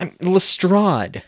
Lestrade